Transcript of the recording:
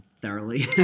thoroughly